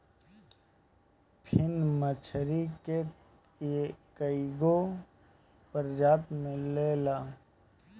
फिन मछरी के कईगो प्रजाति मिलेला